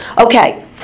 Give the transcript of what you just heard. Okay